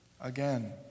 again